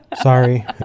sorry